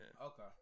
Okay